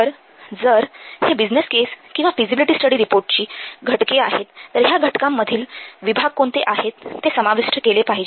तर जर हे बिझनेस केस किंवा फिझिबिलिटी स्टडी रिपोर्टची घटके आहेत तर ह्या घटकांमधील विभाग कोणते आहेत ते समाविष्ट केले पाहिजे